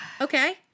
Okay